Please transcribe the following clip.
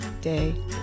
day